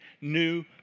new